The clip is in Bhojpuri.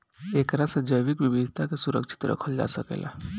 एकरा से जैविक विविधता के सुरक्षित रखल जा सकेला